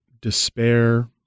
despair